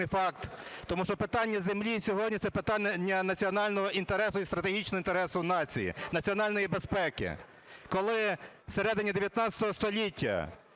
тому що питання землі і сьогодні – це питання національного інтересу і стратегічного інтересу нації, національної безпеки. Коли в середині XIX століття